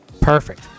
Perfect